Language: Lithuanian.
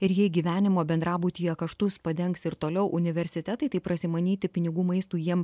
ir jei gyvenimo bendrabutyje kaštus padengs ir toliau universitetai taip prasimanyti pinigų maistui jiem